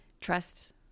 trust